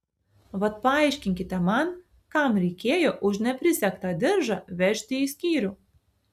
vat paaiškinkite man kam reikėjo už neprisegtą diržą vežti į skyrių